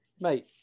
Mate